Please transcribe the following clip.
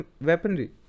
weaponry